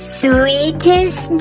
sweetest